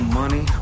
money